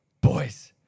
Boys